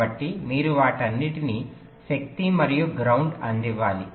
కాబట్టి మీరు వాటన్నిటికీ శక్తిని మరియు గ్రౌండ్ అందివ్వాలి